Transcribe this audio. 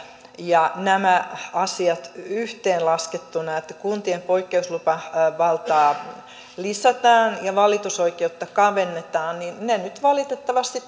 ja nämä asiat yhteenlaskettuna että kuntien poikkeuslupavaltaa lisätään ja valitusoikeutta kavennetaan nyt valitettavasti